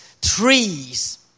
trees